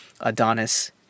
adonis